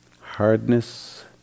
hardness